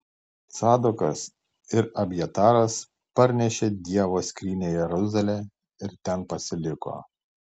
cadokas ir abjataras parnešė dievo skrynią į jeruzalę ir ten pasiliko